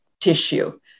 tissue